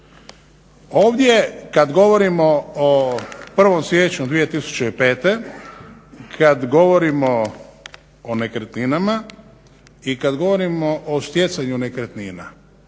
Ovdje kad govorimo o 1. siječnju 2005., kad govorimo o nekretninama i kad govorimo o stjecanju nekretnina.